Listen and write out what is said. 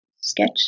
sketch